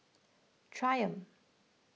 Triumph